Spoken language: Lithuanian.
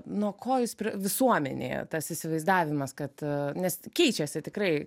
nuo ko jūs prie visuomenėje tas įsivaizdavimas kad nes keičiasi tikrai